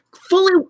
Fully